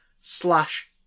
Slash